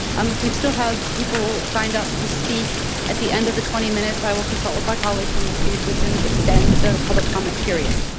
um if we still have people signed up to speak at the end of the twenty minutes, i will consult with my colleagues and see if we can extend the public comment period.